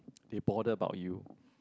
they bother about you